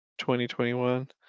2021